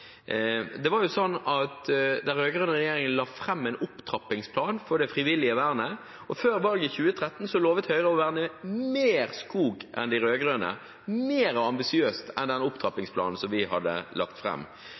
Den rød-grønne regjeringen la fram en opptrappingsplan for det frivillige vernet, og før valget i 2013 lovet Høyre å verne mer skog enn de rød-grønne, mer ambisiøst enn den opptrappingsplanen som vi hadde lagt